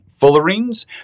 fullerenes